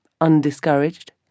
undiscouraged